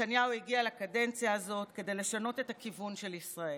נתניהו הגיע לקדנציה הזאת כדי לשנות את הכיוון של ישראל,